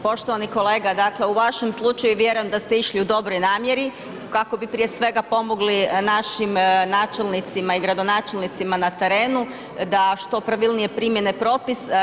Poštovani kolega, dakle u vašem slučaju, vjerujem da ste išli u dobroj namjeri kako bi prije svega pomogli našim načelnicima i gradonačelnicima na terenu da što pravilnije primjene propis.